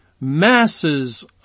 masses